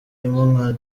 nka